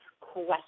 question